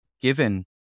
given